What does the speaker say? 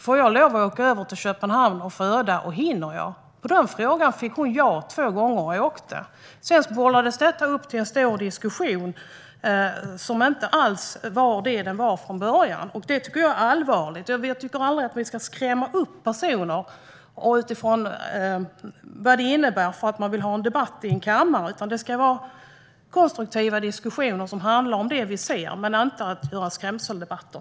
Får jag lov att åka över till Köpenhamn för att föda, och hinner jag? Hon fick ja på frågan två gånger, och hon åkte. Sedan målades detta upp till en stor diskussion som inte alls handlade om hur det var från början. Det är allvarligt. Jag tycker inte att vi ska skrämma upp personer, med vad det innebär, för att vi vill ha en debatt i kammaren, utan det ska vara konstruktiva diskussioner som handlar om det vi ser, inte några skrämseldebatter.